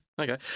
Okay